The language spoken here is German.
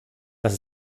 das